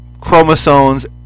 chromosomes